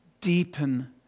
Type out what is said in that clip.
Deepen